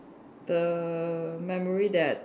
the memory that